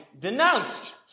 denounced